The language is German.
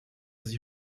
sie